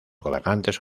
gobernantes